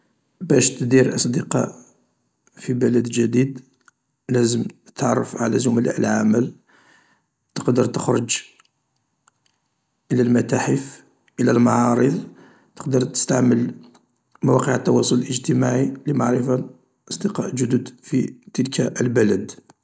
باش تدير أصدقاء في بلد جديد لازم تتعرف على زملاء العمل تقدر تخرج الى المتاحف الى المعارض، تقدر تستعمل مواقع التواصل الاجتماعي لمعرفة أصدقاء جدد في تلك البلد.